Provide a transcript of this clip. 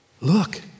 look